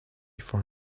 for